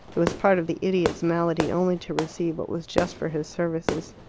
it was part of the idiot's malady only to receive what was just for his services.